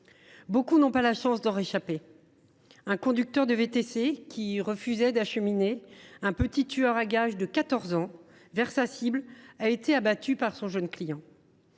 Beaucoup n’ont pas la chance d’en réchapper. Un conducteur de VTC qui refusait d’acheminer un petit tueur à gages de 14 ans vers sa cible a été abattu par son jeune client.